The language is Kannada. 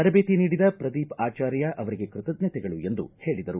ತರಬೇತಿ ನೀಡಿದ ಪ್ರದೀಪ್ ಆಚಾರ್ಯ ಅವರಿಗೆ ಕೃತಜ್ಞತೆಗಳು ಎಂದು ಹೇಳಿದರು